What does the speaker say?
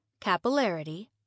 capillarity